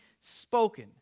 spoken